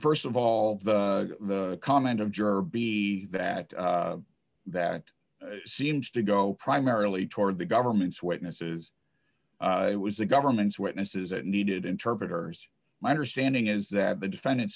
first of all the comment of juror b that that seems to go primarily toward the government's witnesses it was the government's witnesses that needed interpreters my understanding is that the defendant